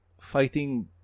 fighting